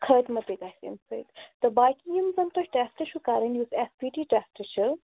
خٲتمہٕ تہِ گژھِ اَمہِ سۭتۍ تہٕ باقی یِم زَن تۄہہِ ٹٮ۪سٹہ چھُو کَرٕنۍ یُس اٮ۪س پی ٹی ٹٮ۪سٹ چھِ